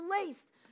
released